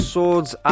Swords